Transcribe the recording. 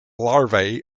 larvae